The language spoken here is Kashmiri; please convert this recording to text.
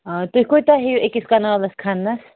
آ تُہۍ کوتاہ ہیٚیِو أکِس کَنالَس کھَننَس